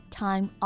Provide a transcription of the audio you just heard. time